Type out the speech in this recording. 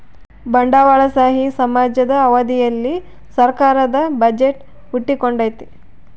ಬಂಡವಾಳಶಾಹಿ ಸಮಾಜದ ಅವಧಿಯಲ್ಲಿ ಸರ್ಕಾರದ ಬಜೆಟ್ ಹುಟ್ಟಿಕೊಂಡೈತೆ